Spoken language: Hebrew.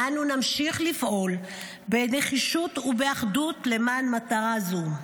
ואנו נמשיך לפעול בנחישות ובאחדות למען מטרה זו.